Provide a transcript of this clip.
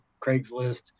Craigslist